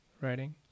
writing